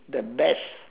the best